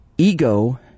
Ego